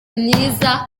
myiza